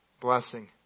blessing